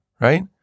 right